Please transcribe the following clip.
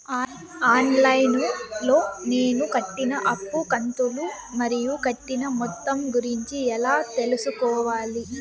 On line లో నేను కట్టిన అప్పు కంతులు మరియు కట్టిన మొత్తం గురించి ఎలా తెలుసుకోవాలి?